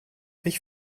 ich